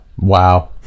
wow